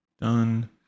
done